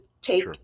take